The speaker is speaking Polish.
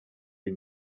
jej